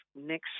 next